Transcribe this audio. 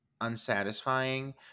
unsatisfying